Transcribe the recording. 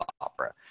opera